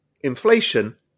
inflation